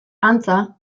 antza